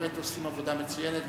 באמת עושים עבודה מצוינת,